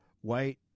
White